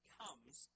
comes